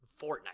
Fortnite